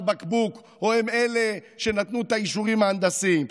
בקבוק או הם אלה שנתנו את האישורים ההנדסיים.